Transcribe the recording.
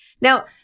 Now